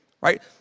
right